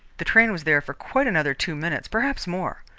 the train was there for quite another two minutes, perhaps more.